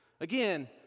Again